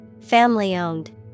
Family-owned